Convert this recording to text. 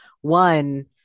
one